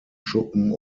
schuppen